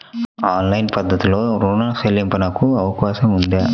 Online పద్ధతిలో రుణ చెల్లింపునకు అవకాశం ఉందా?